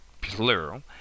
plural